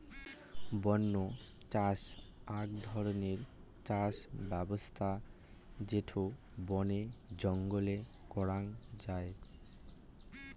বন্য চাষ আক ধরণের চাষ ব্যবছস্থা যেটো বনে জঙ্গলে করাঙ যাই